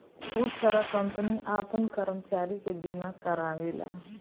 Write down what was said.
बहुत सारा कंपनी आपन कर्मचारी के बीमा कारावेला